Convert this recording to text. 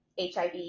HIV